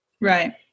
Right